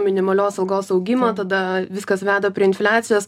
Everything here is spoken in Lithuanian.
minimalios algos augimą tada viskas veda prie infliacijos